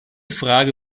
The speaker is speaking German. frage